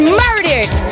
murdered